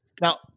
Now